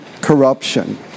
corruption